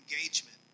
engagement